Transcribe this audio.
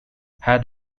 had